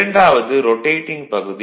இரண்டாவது ரொடேடிங் பகுதி